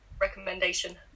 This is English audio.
Recommendation